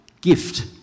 gift